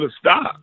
stop